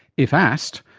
if asked,